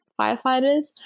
firefighters